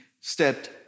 stepped